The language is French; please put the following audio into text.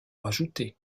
rajouter